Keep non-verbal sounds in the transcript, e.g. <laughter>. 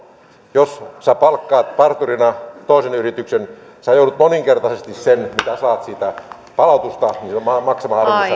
jos palkkaat parturina toisen joudut moninkertaisesti sen mitä saat siitä palautusta maksamaan <unintelligible>